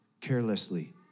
carelessly